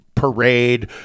parade